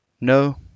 No